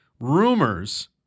rumors